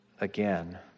again